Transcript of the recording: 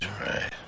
right